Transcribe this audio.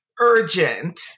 Urgent